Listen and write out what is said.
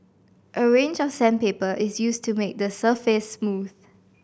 a range of sandpaper is used to make the surface smooth